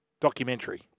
documentary